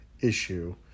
issue